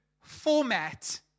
format